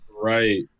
Right